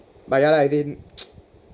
but ya like then